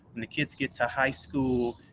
when the kids get to high school,